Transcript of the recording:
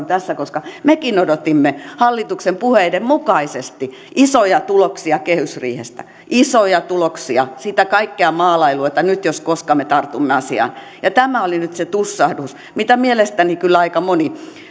tässä koska mekin odotimme hallituksen puheiden mukaisesti isoja tuloksia kehysriihestä isoja tuloksia sitä kaikkea maalailua että nyt jos koskaan me tartumme asiaan ja tämä oli nyt se tussahdus mitä mielestäni kyllä aika moni